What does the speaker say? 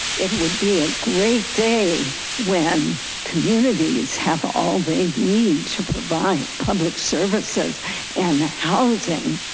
it would be a great day when communities have all the need to provide public services and housing.